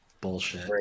Bullshit